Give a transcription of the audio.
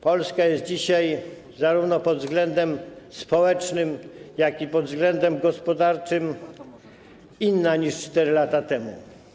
Polska jest dzisiaj, zarówno pod względem społecznym, jak i pod względem gospodarczym, inna niż 4 lata temu.